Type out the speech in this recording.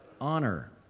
Honor